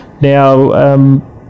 Now